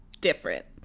different